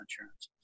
insurance